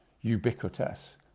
ubiquitous